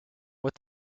what